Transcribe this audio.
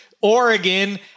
Oregon